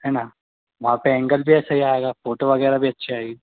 है ना वहाँ पर ऐंगल भी ऐसे हिी आएगा फ़ोटो वग़ैरह भी अच्छी आएगी